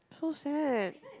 so sad